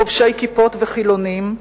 חובשי כיפות וחילונים,